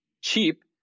cheap